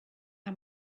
how